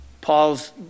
Paul's